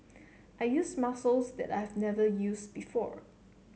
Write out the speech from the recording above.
I use muscles that I've never use before